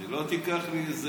שהיא לא תיקח לי איזה